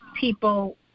people